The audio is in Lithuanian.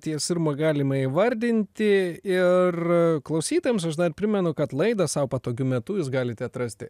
ties irma galima įvardinti ir klausytojams aš dar primenu kad laidą sau patogiu metu jūs galite atrasti